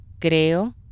Creo